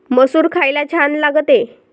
मसूर खायला छान लागते